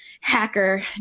hacker